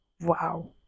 wow